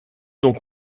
donc